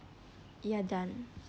ya done